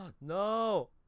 No